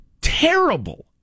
terrible